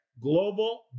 global